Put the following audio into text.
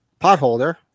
potholder